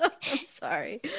sorry